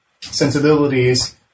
sensibilities